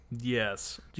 Yes